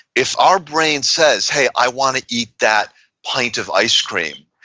if our brain says, hey, i want to eat that pint of ice cream,